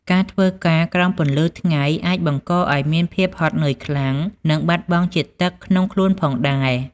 ការធ្វើការក្រោមពន្លឺថ្ងៃអាចបង្កឱ្យមានភាពហត់នឿយខ្លាំង និងបាត់បង់ជាតិទឹកក្នុងខ្លួនផងដែរ។